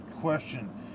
question